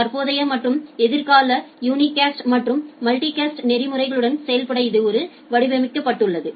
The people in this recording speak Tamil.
தற்போதைய மற்றும் எதிர்கால யூனிகாஸ்ட் மற்றும் மல்டிகாஸ்ட் ரூட்டிங் நெறிமுறைகளுடன் செயல்பட இது வடிவமைக்கப்பட்டுள்ளது